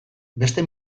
beste